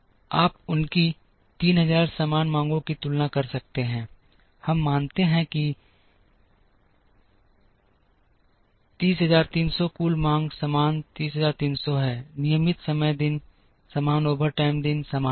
आप उनकी 3000 समान मांगों की तुलना कर सकते हैं हम मानते हैं कि 30300 कुल मांग समान 30300 है नियमित समय दिन समान ओवरटाइम दिन समान हैं